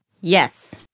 Yes